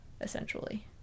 essentially